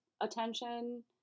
attention